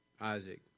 Isaac